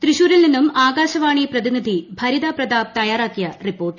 തൃശ്ശൂരിൽ നിന്നും ആകാശവാണി പ്രതിനിധി ഭരിത പ്രതാപ് തയ്യാറാക്കിയ റിപ്പോർട്ട്